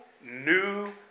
new